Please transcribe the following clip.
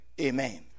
Amen